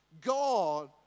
God